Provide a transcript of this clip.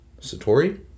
Satori